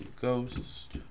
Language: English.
Ghost